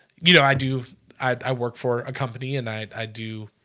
you know i do i work for a company and i do